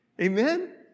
Amen